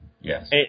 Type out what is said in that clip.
Yes